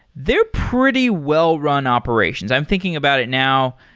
they're pretty well-run operations. i'm thinking about it now.